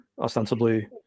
ostensibly